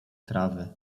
trawy